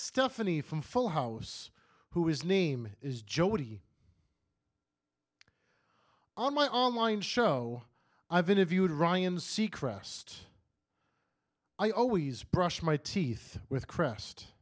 stephanie from full house who is name is jody on my online show i've interviewed ryan seacrest i always brush my teeth with crest